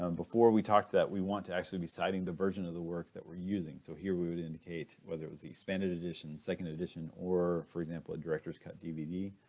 um before we talked that we want to actually be citing the version of the work that we're using, so here we would indicate whether it was the expanded edition, second edition, or, for example, a director's cut dvd.